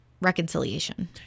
reconciliation